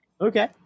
Okay